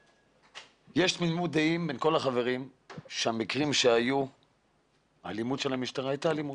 יש תמימות דעים בין כל החברים שבמקרים שהיו הייתה אלימות.